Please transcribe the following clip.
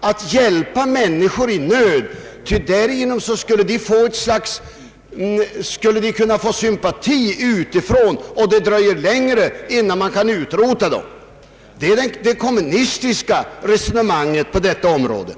att hjälpa människor i nöd, ty därigenom skulle kyrkorna kunna få sympati utifrån, och det skulle ta längre tid att utrota dem. Det är det kommunistiska resonemanget på detta område.